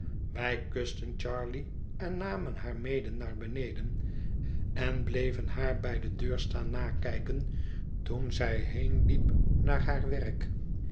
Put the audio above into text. wij kusten charley en namen haar mede naar beneden en bleven haar bij de deur staan nakijken toen zij heenliep naar haar werk